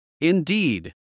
Indeed